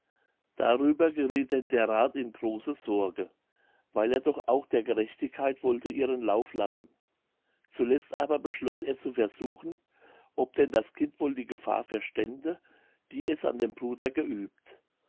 darüber gerieth denn der rath in große sorge weil er doch auch der gerechtigkeit wollte ihren lauf lassen zuletzt aber beschloß er zu versuchen ob denn das kind wohl die gefahr verstände die es an dem bruder geübt